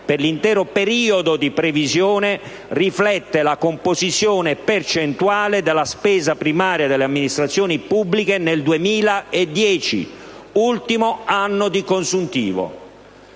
per l'intero periodo di previsione, riflette la composizione percentuale della spesa primaria delle amministrazioni pubbliche nel 2010 (ultimo anno di consuntivo)».